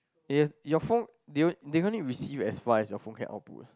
your your phone they they can only receive as far as your phone can output